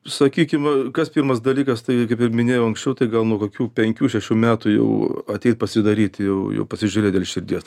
sakykim kas pirmas dalykas tai kaip ir minėjau anksčiau tai gal nuo kokių penkių šešių metų jau ateit pasidaryt jau jų pasižiūrėt dėl širdies